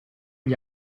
gli